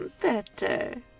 Better